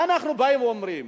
מה אנחנו באים ואומרים?